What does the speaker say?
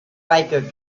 biker